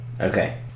Okay